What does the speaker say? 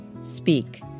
Speak